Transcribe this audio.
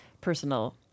personal